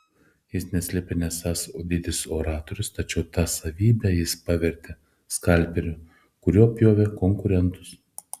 jis neslėpė nesąs didis oratorius tačiau tą savybę jis pavertė skalpeliu kuriuo pjovė konkurentus